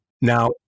Now